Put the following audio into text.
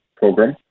program